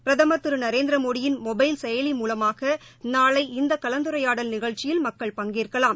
பிரதமர் திரு நரேந்திரமோடியின் மொளபல் செயலி மூலமாக நாளை் இந்த கலந்துரையாடல் நிகழ்ச்சியில் மக்கள் பங்கேற்கலாம்